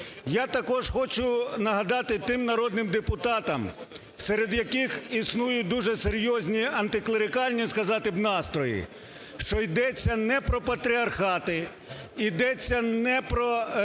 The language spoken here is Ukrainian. Я також хочу нагадати тим народним депутатам, серед яких існують дуже серйозні антиклерикальні, сказати б, настрої, що йдеться не про патріархати, йдеться не про якісь